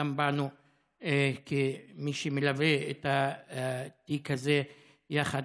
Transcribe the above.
גם בנו כמי שמלווים את התיק הזה יחד